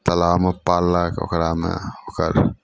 तलाबमे पाललक ओकरामे ओकर